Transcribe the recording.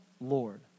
Lord